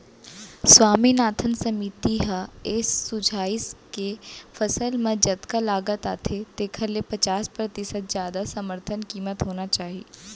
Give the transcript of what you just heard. स्वामीनाथन समिति ह ए सुझाइस के फसल म जतका लागत आथे तेखर ले पचास परतिसत जादा समरथन कीमत होना चाही